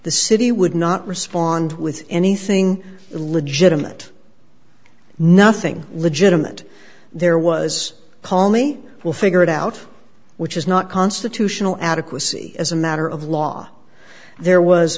the city would not respond with anything legitimate nothing legitimate there was call me will figure it out which is not constitutional adequacy as a matter of law there was